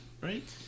right